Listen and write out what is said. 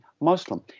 Muslim